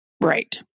Right